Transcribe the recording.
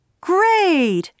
Great